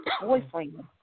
boyfriend